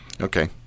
Okay